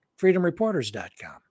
freedomreporters.com